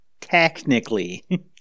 technically